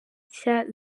nshya